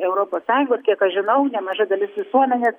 europos sąjungos kiek aš žinau nemaža dalis visuomenės